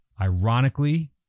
ironically